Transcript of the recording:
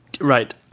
Right